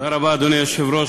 אדוני היושב-ראש,